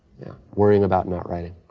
yeah. worrying about not writing.